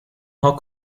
how